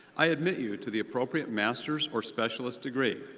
i admit you to the appropriate master's or specialist degree.